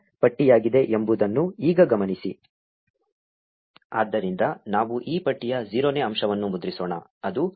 ಆದ್ದರಿಂದ ನಾವು ಈ ಪಟ್ಟಿಯ 0 ನೇ ಅಂಶವನ್ನು ಮುದ್ರಿಸೋಣ ಅದು ಪೋಸ್ಟ್ ಆಗಿದೆ